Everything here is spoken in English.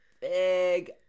big